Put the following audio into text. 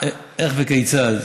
איך וכיצד,